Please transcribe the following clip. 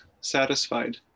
satisfied